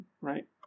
right